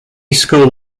school